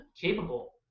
capable